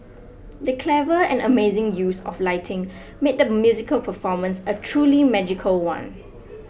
the clever and amazing use of lighting made the musical performance a truly magical one